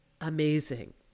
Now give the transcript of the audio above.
amazing